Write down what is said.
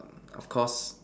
of course